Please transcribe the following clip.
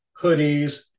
hoodies